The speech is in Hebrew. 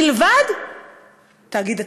מלבד תאגיד התקשורת.